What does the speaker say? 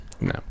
no